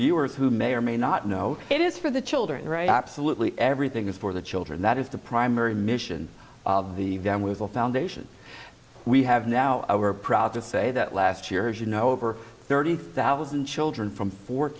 viewers who may or may not know it is for the children right absolutely everything is for the children that is the primary mission of the van with a foundation we have now we're proud to say that last year as you know over thirty thousand children from fo